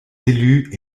élus